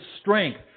strength